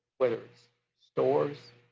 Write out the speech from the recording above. whether it's stores?